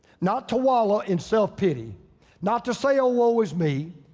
not to wallow in self-pity. not to say, oh, why always me?